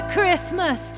Christmas